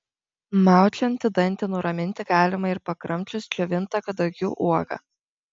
maudžiantį dantį nuraminti galima ir pakramčius džiovintą kadagių uogą